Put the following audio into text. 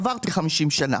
עברתי 50 שנים